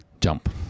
jump